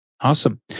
Awesome